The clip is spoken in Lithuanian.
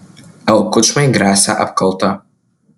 l kučmai gresia apkalta